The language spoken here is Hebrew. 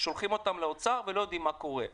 אבל שולחים אותם לאוצר ולא יודעים מה קורה.